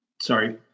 Sorry